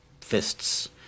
fists